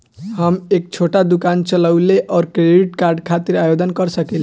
हम एक छोटा दुकान चलवइले और क्रेडिट कार्ड खातिर आवेदन कर सकिले?